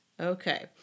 Okay